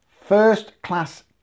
first-class